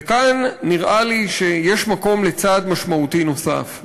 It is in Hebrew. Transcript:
וכאן נראה לי שיש מקום לצעד משמעותי נוסף,